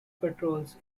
patrols